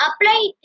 Apply